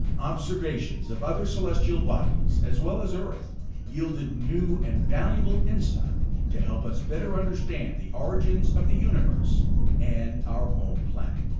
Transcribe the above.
observations of other celestial bodies as well as earth yielded new and valuable insight to help us better understand the origins of the universe and our home planet.